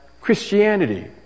Christianity